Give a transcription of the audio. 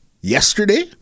yesterday